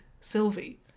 Sylvie